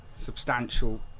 Substantial